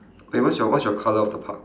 eh what's your what's your colour of the park